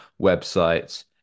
websites